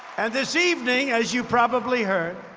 and this evening, as you probably heard,